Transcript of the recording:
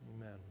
Amen